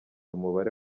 umubare